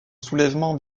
soulèvement